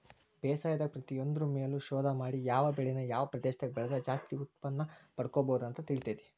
ಬೇಸಾಯದಾಗ ಪ್ರತಿಯೊಂದ್ರು ಮೇಲು ಶೋಧ ಮಾಡಿ ಯಾವ ಬೆಳಿನ ಯಾವ ಪ್ರದೇಶದಾಗ ಬೆಳದ್ರ ಜಾಸ್ತಿ ಉತ್ಪನ್ನಪಡ್ಕೋಬೋದು ಅಂತ ತಿಳಿತೇತಿ